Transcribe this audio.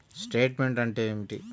Statement అంటే ఏమిటి?